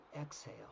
exhale